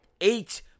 eight